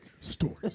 Stories